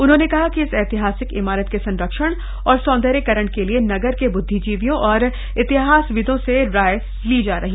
उन्होंने कहा कि इस ऐतिहासिक इमारत के संरक्षण और सौंदर्यीकरण के लिए नगर के बुद्धिजीवियों और इतिहासविदों से राय ली गई